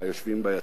היושבים ביציע.